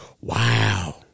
Wow